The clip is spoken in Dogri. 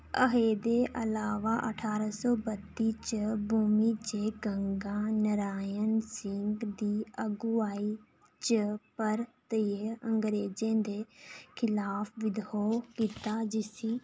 एह्दे अलावा अठारां सौ बत्ती च भूमिजें गंगा नारायण सिंह दी अगुआई च परतियै अंग्रेजें दे खिलाफ विद्रोह् कीता जिसी